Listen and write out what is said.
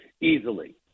Easily